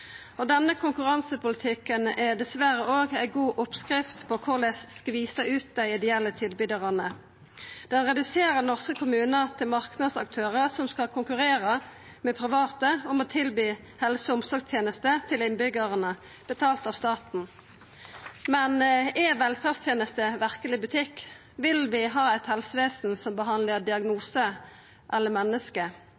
tenester. Denne konkurransepolitikken er dessverre òg ei god oppskrift på korleis skvisa ut dei ideelle tilbydarane. Ein reduserer norske kommunar til marknadsaktørar som skal konkurrera med private om å tilby helse- og omsorgstenester til innbyggjarane, betalt av staten. Men er velferdstenester verkeleg butikk? Vil vi ha eit helsevesen som behandlar